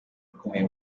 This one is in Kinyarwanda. ukomeye